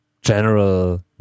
general